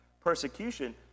persecution